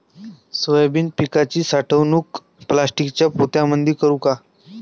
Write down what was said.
Soybean पिकाची साठवणूक प्लास्टिकच्या पोत्यामंदी करू का?